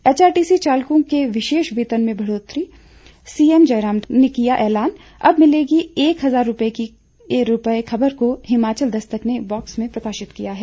HRTC चालकों के विशेष वेतन में बढ़ोतरी सीएम जयराम ने किया ऐलान अब मिलेंगे एक हजार रुपये खबर को हिमाचल दस्तक ने बॉक्स में प्रकाशित किया है